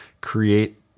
create